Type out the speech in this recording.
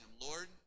Lord